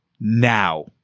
now